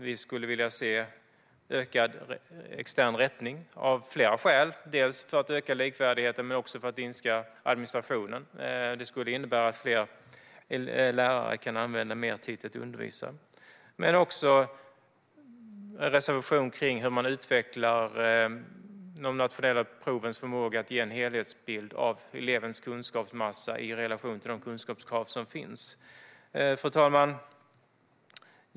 Vi skulle av flera skäl vilja se ökad extern rättning, dels för att öka likvärdigheten, dels för att minska administrationen. Det skulle innebära att fler lärare kan använda mer tid till att undervisa. Vi har också en reservation om hur man utvecklar de nationella provens förmåga att ge en helhetsbild av elevens kunskapsmassa i relation till de kunskapskrav som finns. Fru talman!